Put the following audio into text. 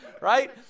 right